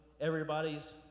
everybody's